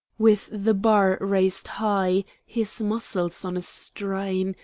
with the bar raised high, his muscles on a strain,